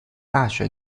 大学